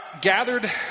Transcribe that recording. gathered